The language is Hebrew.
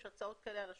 יש הצעות כאלה על השולחן,